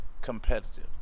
Competitive